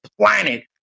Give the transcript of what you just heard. planet